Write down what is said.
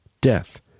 Death